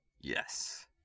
Yes